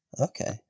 Okay